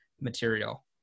material